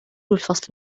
الفصل